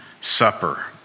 supper